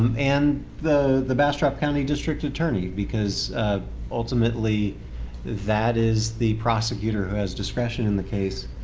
um and the the bastrop county district attorney because ultimately that is the prosecutor who has discretion in the case.